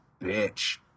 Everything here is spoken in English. bitch